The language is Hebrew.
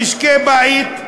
למשקי-בית.